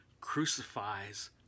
crucifies